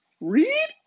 read